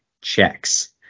checks